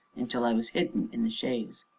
until i was hidden in the chaise.